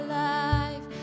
life